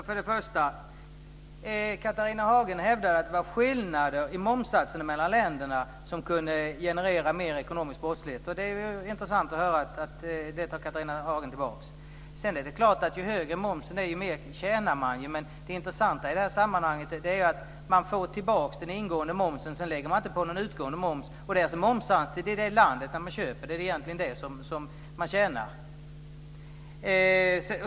Fru talman! Catharina Hagen hävdade att det var skillnader i momssatserna mellan länderna som kunde generera mer ekonomisk brottslighet. Det är intressant att höra att Catharina Hagen tar tillbaka det. Det är klart att ju högre momsen är, desto mer tjänar man. Men det intressanta i sammanhanget är att man får tillbaka den ingående momsen, och sedan lägger man inte på någon utgående moms. Det är egentligen i det land där man köper som man tjänar.